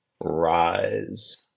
rise